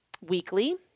weekly